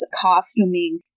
costuming